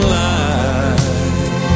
life